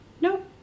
Nope